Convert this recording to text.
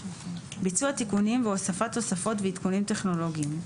ביצוע תיקונים והוספת תוספות ועדכונים טכנולוגיים,